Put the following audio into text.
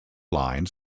line